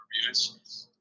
reviews